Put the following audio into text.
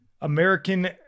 American